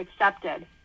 accepted